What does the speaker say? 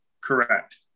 Correct